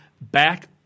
back